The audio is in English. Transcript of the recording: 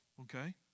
okay